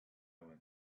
went